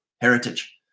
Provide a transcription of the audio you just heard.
heritage